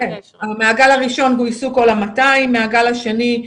מהגל הראשון גויסו כל ה-200, מהגל השני,